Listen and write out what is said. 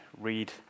read